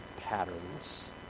patterns